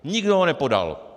Nikdo ho nepodal.